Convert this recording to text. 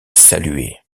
saluait